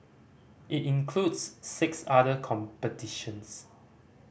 it includes six other competitions